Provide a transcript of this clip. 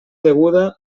deguda